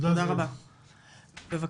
יושב-ראש ועד ההורים יאנוח-ג'ת, בבקשה.